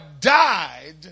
died